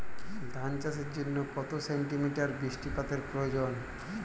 ধান চাষের জন্য কত সেন্টিমিটার বৃষ্টিপাতের প্রয়োজন?